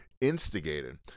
instigated